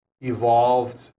evolved